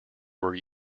were